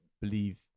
believe